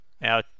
Now